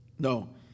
No